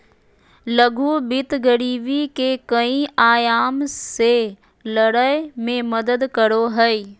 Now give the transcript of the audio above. लघु वित्त गरीबी के कई आयाम से लड़य में मदद करो हइ